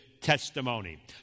testimony